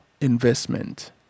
investment